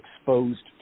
exposed